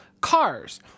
cars